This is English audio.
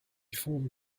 formed